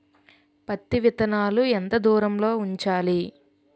పత్తి విత్తనాలు ఎంత దూరంలో ఉంచాలి?